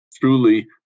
truly